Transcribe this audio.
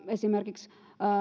esimerkiksi